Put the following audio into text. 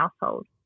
household